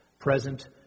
present